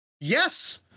Yes